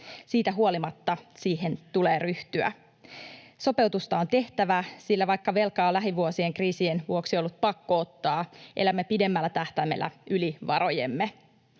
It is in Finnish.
Siitä huolimatta siihen tulee ryhtyä. Sopeutusta on tehtävä, sillä vaikka velkaa on lähivuosien kriisien vuoksi ollut pakko ottaa, elämme pidemmällä tähtäimellä yli varojemme.